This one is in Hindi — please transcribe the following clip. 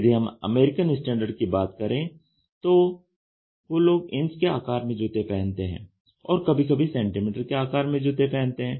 यदि हम अमेरिकन स्टैण्डर्ड की बात करें तो वो लोग इंच के आकार में जूते पहनते हैं और कभी कभी सैंटीमीटर के आकार में जूते पहनते हैं